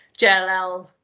JLL